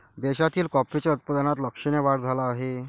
देशातील कॉफीच्या उत्पादनात लक्षणीय वाढ झाला आहे